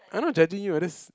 I'm not judging you I just